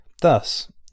Thus